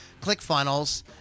ClickFunnels